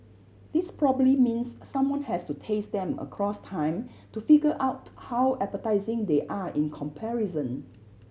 this probably means someone has to taste them across time to figure out how appetising they are in comparison